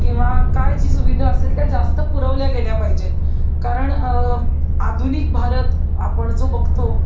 किंवा काय जी सुविधा असेल त्या जास्त पुरवल्या गेल्या पाहिजेत कारण आधुनिक भारत आपण जो बघतो